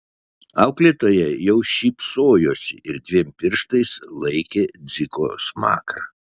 auklėtoja jau šypsojosi ir dviem pirštais laikė dziko smakrą